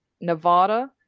nevada